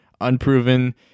unproven